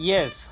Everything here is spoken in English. Yes